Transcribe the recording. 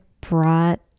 brought